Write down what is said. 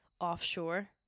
offshore